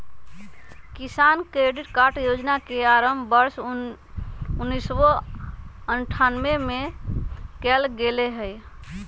किसान credit card योजना के आरंभ वर्ष उन्नीसौ अठ्ठान्नबे में कइल गैले हल